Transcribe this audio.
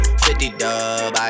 50-dub